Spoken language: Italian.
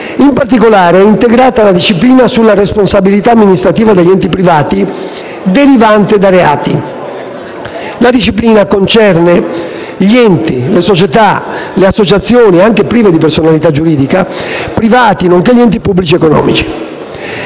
In particolare, è integrata la disciplina sulla responsabilità amministrativa degli enti privati derivante da reati. La disciplina concerne gli enti, società e associazioni (anche prive di personalità giuridica) privati, nonché gli enti pubblici economici.